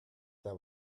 that